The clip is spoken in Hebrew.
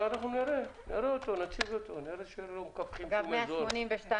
נראה אותו, נראה שלא מקפחים אף אזור.